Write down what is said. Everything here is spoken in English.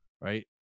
right